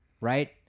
right